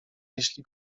jeśli